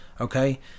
okay